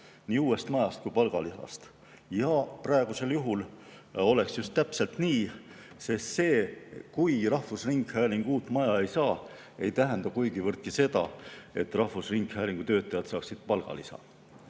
nii uuest majast kui ka palgalisast. Praegusel juhul oleks just nii, sest kui rahvusringhääling uut maja ei saa, ei tähenda see, et rahvusringhäälingu töötajad saavad palgalisa.